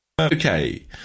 Okay